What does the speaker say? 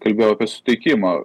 kalbėjau apie suteikimą